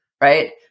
right